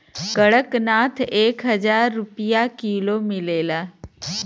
कड़कनाथ एक हजार रुपिया किलो मिलेला